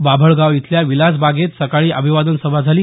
बाभळगाव इथल्या विलासबागेत सकाळी अभिवादन सभा झाली